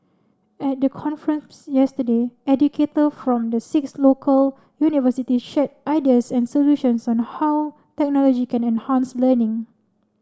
at the conference yesterday educator from the six local university shared ideas and solutions on how technology can enhance learning